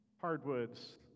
Hardwoods